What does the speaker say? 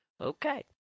Okay